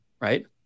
right